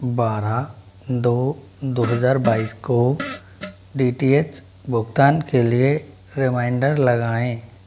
बारह दो दो हज़ार बाईस को डी टी एच भुगतान के लिए रिमाइंडर लगाएँ